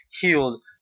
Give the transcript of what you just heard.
healed